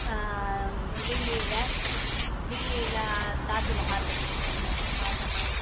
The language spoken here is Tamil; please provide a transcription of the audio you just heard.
டில்லியில டில்லியில தாஜ்மஹால் கட்டியிருக்குறாங்க ஷாஜஹான்